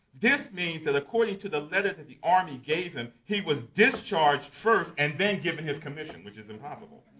this means that according to the letter that the army gave him, he was discharged first and then given his commission. which is impossible.